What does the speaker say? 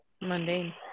Mundane